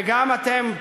וגם אתם,